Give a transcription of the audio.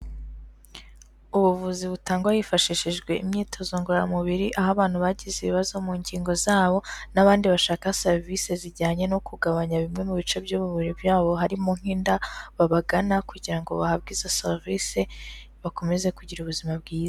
Ubuvuzi butangwa hifashishijwe imyitozo ngororamubiri, aho abantu bagize ibibazo mu ngingo zabo n'abandi bashaka serivisi zijyanye no kugabanya bimwe mu bice by'umubriri byabo harimo nk'inda, babagane kugira ngo bahabwe izo serivisi, bakomeze kugira ubuzima bwiza.